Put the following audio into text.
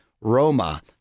Roma